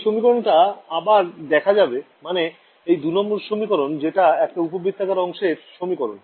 এই সমীকরণটা আবার দেখা যাবে মানে এই ২ নং সমীকরণ যেটা একটা উপবৃত্তাকার অংশের সমীকরণ